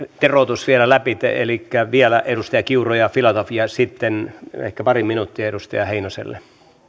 teroitus vielä läpi elikkä vielä edustaja kiuru ja filatov ja sitten ehkä pari minuuttia edustaja heinoselle